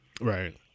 Right